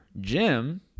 Jim